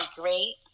great